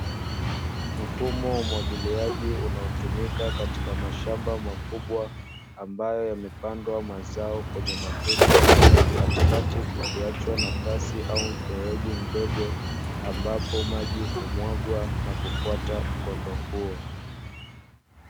Mfumo wa umwagiliaji unaotumika katika mashamba makubwa, ambayo yamepandwa mazao kwenye matuta, katikati kukiachwa nafasi au mfereji mdogo, ambapo maji humwagwa na kufuata mkondo huo.